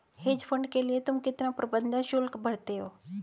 Hedge fund के लिए तुम कितना प्रबंधन शुल्क भरते हो?